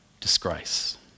disgrace